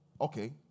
Okay